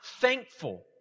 thankful